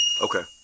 Okay